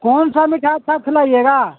کون سا مٹھائی اچھا کھلائیے گا